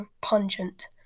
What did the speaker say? pungent